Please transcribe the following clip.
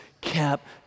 kept